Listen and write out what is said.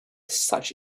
such